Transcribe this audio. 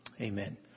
Amen